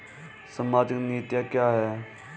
सामाजिक नीतियाँ क्या हैं?